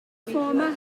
format